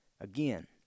Again